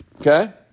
Okay